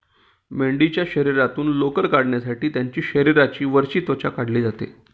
मेंढीच्या शरीरातून लोकर काढण्यासाठी त्यांची शरीराची वरची त्वचा काढली जाते